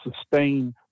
sustain